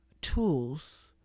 tools